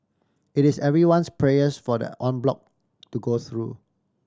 it is everyone's prayers for the en bloc to go through